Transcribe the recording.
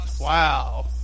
Wow